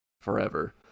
forever